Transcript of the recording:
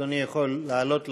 אדוני יכול לעלות לדוכן.